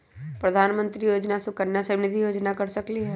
प्रधानमंत्री योजना सुकन्या समृद्धि योजना कर सकलीहल?